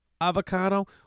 avocado